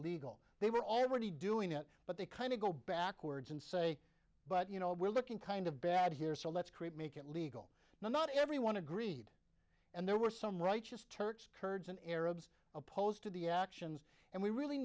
legal they were already doing it but they kind of go backwards and say but you know we're looking kind of bad here so let's create make it legal not everyone agreed and there were some righteous church kurds and arabs opposed to the actions and we really